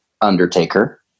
undertaker